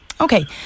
Okay